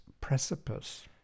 precipice